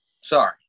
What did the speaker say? Sorry